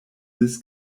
that